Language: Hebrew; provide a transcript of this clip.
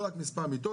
לא רק מספר מיטות,